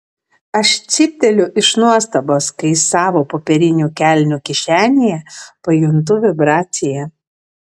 aš cypteliu iš nuostabos kai savo popierinių kelnių kišenėje pajuntu vibraciją